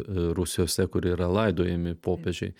rūsiuose kur yra laidojami popiežiai